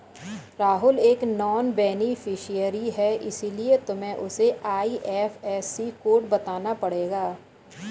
राहुल एक non beneficiary है इसीलिए तुम्हें उसे आई.एफ.एस.सी कोड बताना पड़ेगा